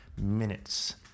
minutes